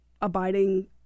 abiding